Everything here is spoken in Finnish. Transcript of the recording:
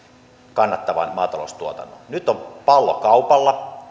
kannattavan maataloustuotannon nyt on pallo kaupalla